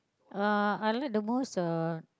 uh I like the most uh